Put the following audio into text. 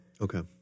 Okay